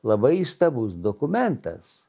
labai įstabus dokumentas